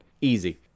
Easy